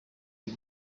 iyi